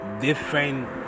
different